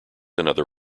another